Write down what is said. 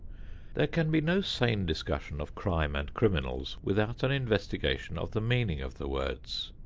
there can be no sane discussion of crime and criminals without an investigation of the meaning of the words.